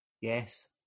yes